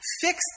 fix